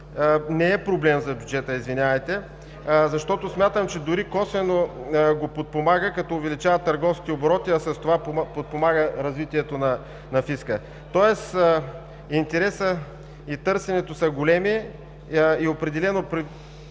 не е проблем за бюджета, защото смятам, че дори косвено го подпомага, като увеличава търговските обороти, а с това подпомага развитието на фиска. Тоест интересът и търсенето са големи и определено